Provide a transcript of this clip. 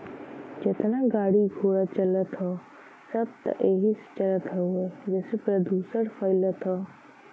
जेतना गाड़ी घोड़ा चलत हौ सब त एही से चलत हउवे जेसे प्रदुषण फइलत हौ